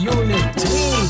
unity